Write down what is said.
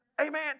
Amen